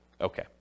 Okay